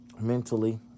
mentally